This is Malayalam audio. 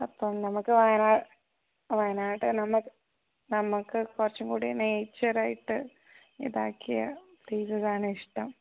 അപ്പം നമുക്ക് വയനാട് നമുക്ക് കുറച്ചുംകൂടി നേച്ചറായിട്ട് ഇതാക്കിയ ഫീൽഡാണിഷ്ടം